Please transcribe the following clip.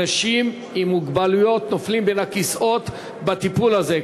אנשים עם מוגבלויות נופלים בין הכיסאות בטיפול הזה.